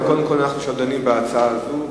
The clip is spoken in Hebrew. אבל קודם כול אנחנו דנים בהצעה הזאת,